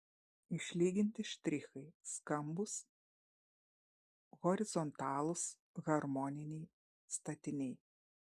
išlyginti štrichai skambūs horizontalūs harmoniniai statiniai